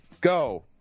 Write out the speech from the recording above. go